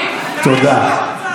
תודה.